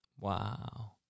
Wow